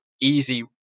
easy